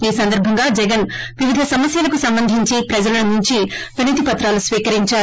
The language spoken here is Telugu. ఈ సందర్భముగా జగన్ వివిధ సమస్యలకు సంబంధించి ప్రజల నుండి వినతిపత్రాలు స్వీకరించారు